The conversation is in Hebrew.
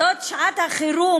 זאת שעת החירום,